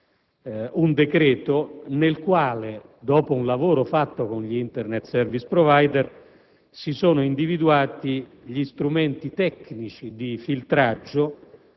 un decreto nel quale, dopo un lavoro fatto con gli Internet *service provider*, si sono individuati gli strumenti tecnici di filtraggio